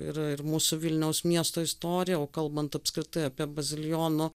yra ir mūsų vilniaus miesto istorija o kalbant apskritai apie bazilijonų